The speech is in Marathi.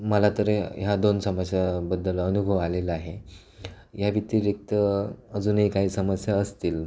मला तर ह्या दोन समस्याबद्दल अनुभव आलेला आहे या व्यतिरिक्त अजूनही काही समस्या असतील